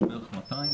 יש בערך 200,